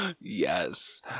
Yes